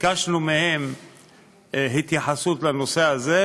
ביקשנו מהם התייחסות לנושא הזה